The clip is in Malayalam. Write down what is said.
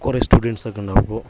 കുറെ സ്റ്റുഡൻസൊക്കെ ഉണ്ടാവും അപ്പോൾ